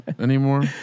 anymore